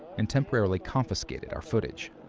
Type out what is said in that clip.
and temporarily confiscated our footage.